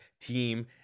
team